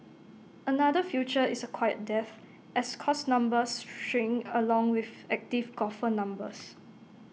another future is A quiet death as course numbers shrink along with active golfer numbers